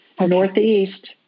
northeast